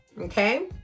okay